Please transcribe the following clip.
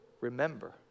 remember